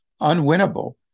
unwinnable